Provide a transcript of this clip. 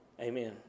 Amen